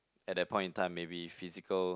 at that point in time maybe physical